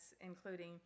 including